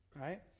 right